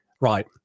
Right